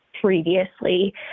previously